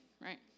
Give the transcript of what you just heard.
right